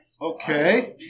Okay